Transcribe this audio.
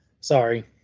Sorry